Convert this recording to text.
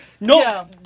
No